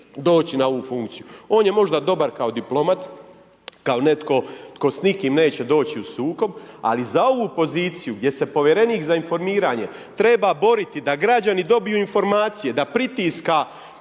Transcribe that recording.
doći na ovu funkciju. On je možda dobar kao diplomat, kao netko tko s nikim neće doći u sukob, ali za ovu poziciju, gdje se povjerenik za informiranje treba boriti da građani dobiju informacije, da pritiska